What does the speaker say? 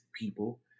people